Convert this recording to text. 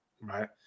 Right